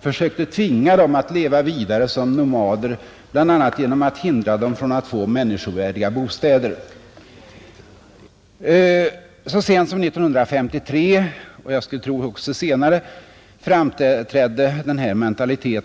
försökte tvinga dem att leva vidare som nomader, bl.a. genom att hindra dem från att få människovärdiga bostäder, Så sent som 1953 — och jag skulle tro också senare — framträdde denna mentalitet.